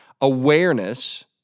Awareness